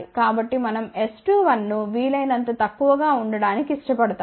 కాబట్టి మనం S21 ను వీలైనంత తక్కువ గా ఉండటానికి ఇష్టపడతాము